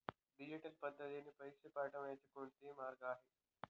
Digital पद्धतीने पैसे पाठवण्याचे कोणते मार्ग आहेत?